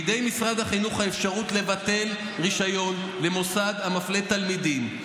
בידי משרד החינוך האפשרות לבטל רישיון למוסד המפלה תלמידים.